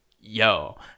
Yo